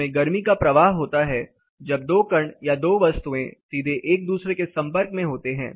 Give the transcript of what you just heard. इसमें गर्मी का प्रवाह होता है जब दो कण या दो वस्तुएं सीधे एक दूसरे के संपर्क में होते हैं